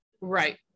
Right